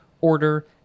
order